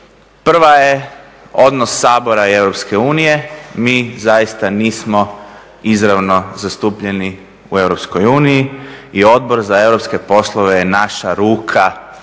Prva je odnos Sabora i Europske unije. Mi zaista nismo izravno zastupljeni u Europskoj uniji i Odbor za europske poslove je naša ruka